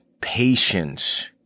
patience